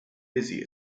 busy